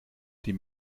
die